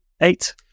eight